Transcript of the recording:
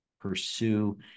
pursue